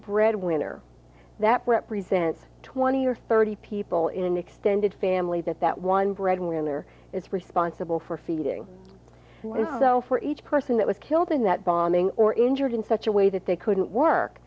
breadwinner that represents twenty or thirty people in an extended family that that one breadwinner is responsible for feeding so for each person that was killed in that bombing or injured in such a way that they couldn't work